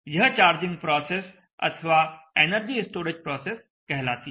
यह charging process अथवा energy storage process कहलाती है